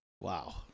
Wow